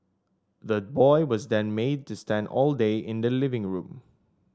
the boy was then made to stand all day in the living room